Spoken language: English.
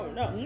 no